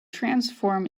transform